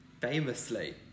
Famously